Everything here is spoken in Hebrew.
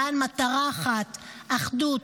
למען מטרה אחת: אחדות,